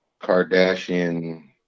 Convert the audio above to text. Kardashian